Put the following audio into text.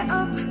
up